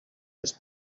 les